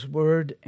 word